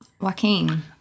Joaquin